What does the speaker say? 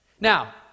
Now